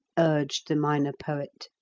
urged the minor poet.